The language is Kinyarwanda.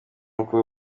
uko